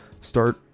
start